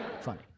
Funny